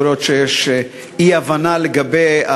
יכול להיות שיש אי-הבנה לגבי,